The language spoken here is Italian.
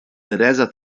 teresa